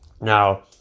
Now